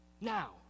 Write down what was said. now